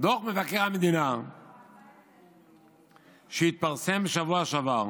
דוח מבקר המדינה שהתפרסם בשבוע שעבר,